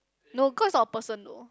no cause of person though